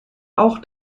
auch